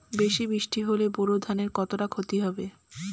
বেশি বৃষ্টি হলে বোরো ধানের কতটা খতি হবে?